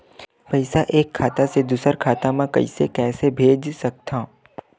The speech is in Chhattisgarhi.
पईसा एक खाता से दुसर खाता मा कइसे कैसे भेज सकथव?